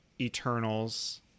Eternals